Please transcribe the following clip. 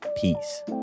Peace